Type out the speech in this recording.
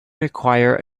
require